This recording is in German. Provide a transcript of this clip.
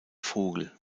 vogel